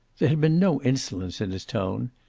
there had been no insolence in his tone.